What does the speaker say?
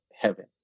heaven